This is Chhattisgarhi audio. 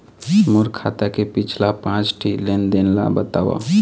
मोर खाता के पिछला पांच ठी लेन देन ला बताव?